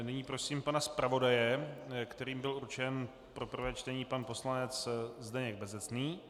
Nyní prosím pana zpravodaje, kterým byl určen pro prvé čtení pan poslanec Zdeněk Bezecný.